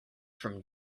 from